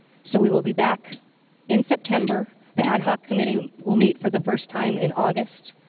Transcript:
so we will be back in september. the ad hoc committee will meet for the first time in august.